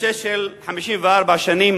הנושא של 54 שנים